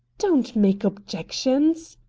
don't make objections!